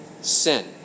sin